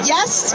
Yes